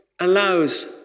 allows